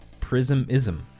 Prismism